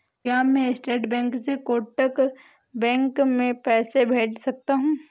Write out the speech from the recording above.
क्या मैं state bank से कोटक बैंक में पैसे भेज सकता हूँ?